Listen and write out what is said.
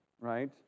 right